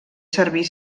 servir